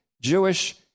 Jewish